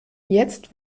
jetzt